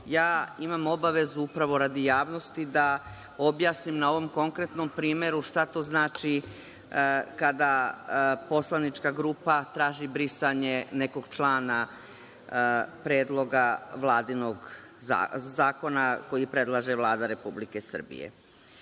ja imam obavezu upravo radi javnosti da objasnim na ovom konkretnom primeru šta to znači kada poslanička grupa traži brisanje nekog člana Predloga zakona koji predlaže Vlada Republike Srbije. Kada